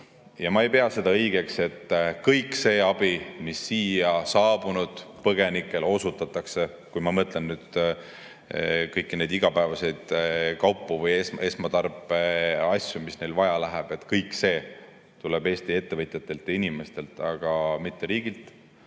ma ei pea seda õigeks, et kogu see abi, mis siia saabunud põgenikele osutatakse – ma mõtlen kõiki neid igapäevaseid esmatarbeasju, mis neil vaja läheb – kõik see tuleb Eesti ettevõtjatelt ja inimestelt, aga mitte riigilt.